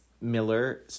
Miller